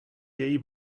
její